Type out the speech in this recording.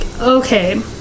okay